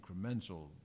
incremental